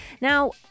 Now